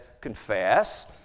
confess